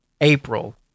April